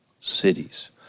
cities